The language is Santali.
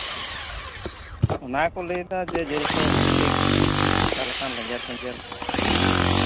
ᱚᱱᱟ ᱜᱮᱠᱚ ᱞᱟᱹᱭᱫᱟ ᱡᱤᱞ ᱠᱚ ᱵᱷᱟᱜᱤ ᱴᱷᱤᱠ ᱚᱠᱟ ᱞᱮᱠᱟ ᱞᱮᱸᱡᱮᱨᱼᱯᱮᱸᱡᱮᱨ